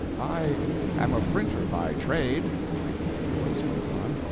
i am a printer by trade, the easy voice went on.